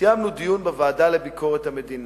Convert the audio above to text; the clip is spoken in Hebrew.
סיימנו דיון בוועדה לביקורת המדינה,